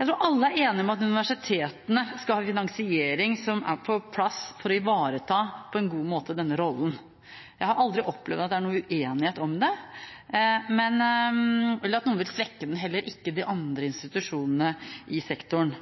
Jeg tror alle er enige om at universitetene skal ha en finansiering på plass for å ivareta denne rollen på en god måte. Jeg har aldri opplevd at det er noen uenighet om det, eller at noen vil svekke den, heller ikke de andre institusjonene i sektoren.